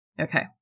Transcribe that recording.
Okay